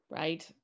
right